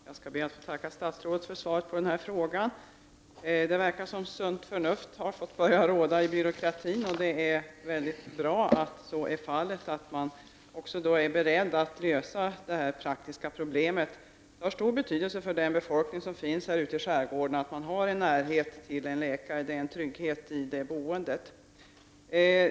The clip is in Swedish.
Herr talman! Jag skall be att få tacka statsrådet för svaret på min fråga. Det verkar som om sunt förnuft har börjat råda i byråkratin. Det är mycket bra att så är fallet och att man också är beredd att lösa dessa praktiska problem. Det har stor betydelse för befolkningen i skärgården att ha tillgång till en läkare i närheten. Det är en trygghet i boendet.